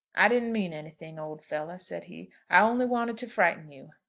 i didn't mean anything, old fellow, said he. i only wanted to frighten you.